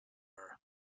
her